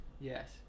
Yes